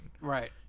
Right